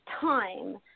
time